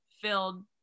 filled